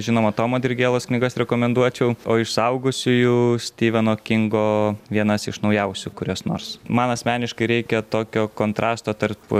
žinoma tomo dirgėlos knygas rekomenduočiau o iš suaugusiųjų stiveno kingo vienas iš naujausių kurias nors man asmeniškai reikia tokio kontrasto tarp